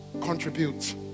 Contribute